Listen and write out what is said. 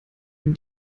ihm